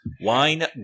wine